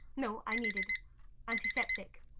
no, i needed antiseptic.